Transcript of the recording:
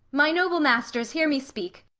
my noble masters, hear me speak.